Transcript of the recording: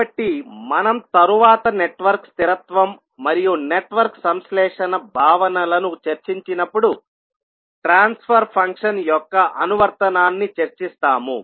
కాబట్టి మనం తరువాత నెట్వర్క్ స్థిరత్వం మరియు నెట్వర్క్ సంశ్లేషణ భావనలను చర్చించినప్పుడు ట్రాన్స్ఫర్ ఫంక్షన్ యొక్క అనువర్తనాన్ని చర్చిస్తాము